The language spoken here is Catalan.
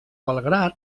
belgrad